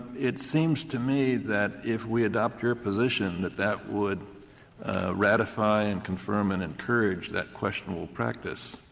it seems to me that if we adopt your position that that would ratify and confirm and encourage that questionable practice,